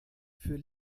für